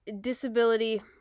disability